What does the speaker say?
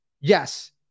Yes